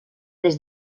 des